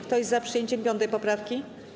Kto jest za przyjęciem 5. poprawki?